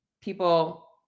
people